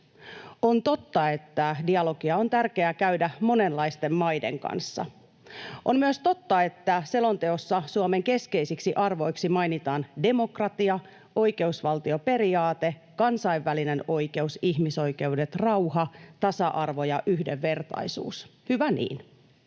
On totta, että dialogia on tärkeää käydä monenlaisten maiden kanssa. On myös totta, että selonteossa Suomen keskeisiksi arvoiksi mainitaan demokratia, oikeusvaltioperiaate, kansainvälinen oikeus, ihmisoikeudet, rauha, tasa-arvo ja yhdenvertaisuus. Hyvä niin.